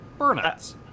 burnouts